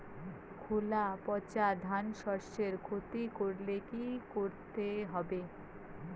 খোলা পচা ধানশস্যের ক্ষতি করলে কি করতে হবে?